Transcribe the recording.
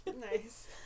Nice